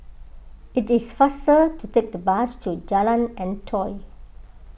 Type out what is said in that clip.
it is faster to take the bus to Jalan Antoi